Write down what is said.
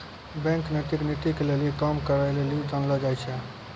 bank नैतिक नीति के लेली काम करै लेली जानलो जाय छै